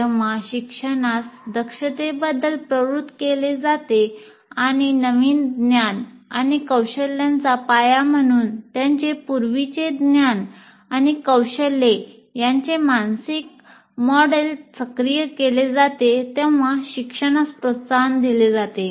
जेव्हा शिक्षणास दक्षतेबद्दल प्रवृत्त केले जाते आणि नवीन ज्ञान आणि कौशल्यांचा पाया म्हणून त्यांचे पूर्वीचे ज्ञान आणि कौशल्य यांचे मानसिक मॉडेल सक्रिय केले जाते तेव्हा शिक्षणास प्रोत्साहन दिले जाते